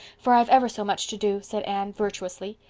for i've ever so much to do, said anne virtuously.